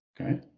Okay